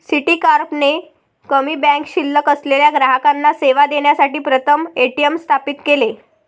Citicorp ने कमी bank शिल्लक असलेल्या ग्राहकांना सेवा देण्यासाठी प्रथम ए.टी.एम स्थापित केले